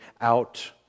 out